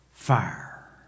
Fire